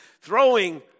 throwing